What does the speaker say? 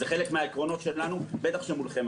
זה חלק מהעקרונות שלנו, בטח שמולכם.